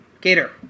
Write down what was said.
Gator